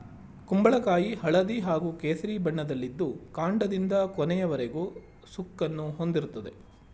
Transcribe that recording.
ಕುಂಬಳಕಾಯಿ ಹಳದಿ ಹಾಗೂ ಕೇಸರಿ ಬಣ್ಣದಲ್ಲಿದ್ದು ಕಾಂಡದಿಂದ ಕೊನೆಯವರೆಗೂ ಸುಕ್ಕನ್ನು ಹೊಂದಿರ್ತದೆ